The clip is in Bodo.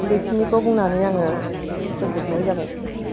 बे खिनिखौ बुंनानै आङो फोजोबनाय जाबाय